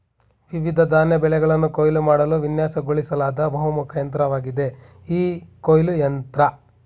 ವಿವಿಧ ಧಾನ್ಯ ಬೆಳೆಗಳನ್ನ ಕೊಯ್ಲು ಮಾಡಲು ವಿನ್ಯಾಸಗೊಳಿಸ್ಲಾದ ಬಹುಮುಖ ಯಂತ್ರವಾಗಿದೆ ಈ ಕೊಯ್ಲು ಯಂತ್ರ